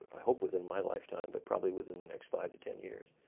i hope within my lifetime, but probably within the next five to ten years,